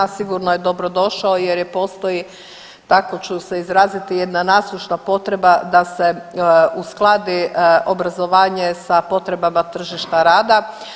Sigurno je dobrodošao jer postoji tako ću se izraziti jedna nasušna potreba da se uskladi obrazovanje sa potrebama tržišta rada.